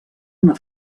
una